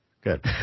Good